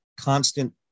constant